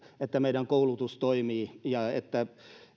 että meidän koulutus toimii ja että